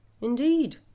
Indeed